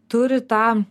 turi tą